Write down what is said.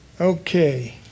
Okay